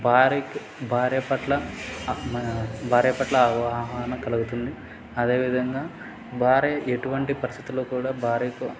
భార్యకి భార్య పట్ల భార్య పట్ల అవగాహన కలుగుతుంది అదే విధంగా బార్య ఎటువంటి పరిస్థితుల్లో కూడా భార్యకు